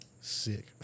sick